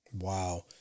Wow